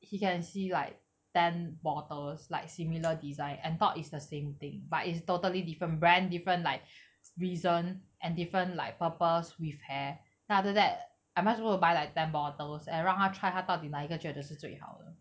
he can see like ten bottles like similar design and thought is the same thing but it's totally different brand different like reason and different like purpose with hair then after that am I supposed to buy like ten bottles and 让他 try 他到底哪一个觉得是最好的 ease in korean